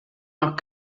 nach